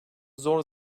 zor